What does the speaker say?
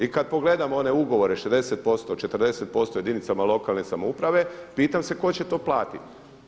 I kad pogledamo one ugovore 60%, 40% jedinicama lokalne samouprave pitam se tko će to platiti.